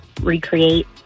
recreate